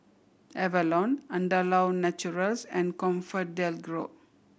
Avalon Andalou Naturals and Comfort DelGro